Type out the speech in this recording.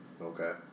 Okay